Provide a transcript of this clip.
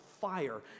fire